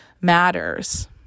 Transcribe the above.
matters